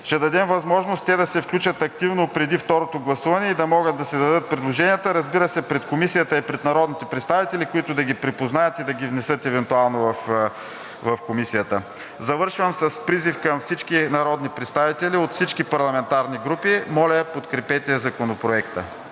Ще дадем възможност те да се включат активно преди второто гласуване и да могат да си дадат предложенията, разбира се, пред Комисията и пред народните представители, които да ги припознаят и да ги внесат евентуално в Комисията. Завършвам с призив към всички народни представители от всички парламентарни групи, моля, подкрепете Законопроекта.